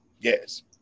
Yes